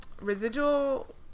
residual